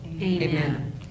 amen